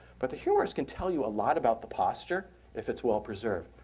but the humorous can tell you a lot about the posture if it's well preserved.